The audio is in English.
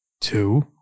two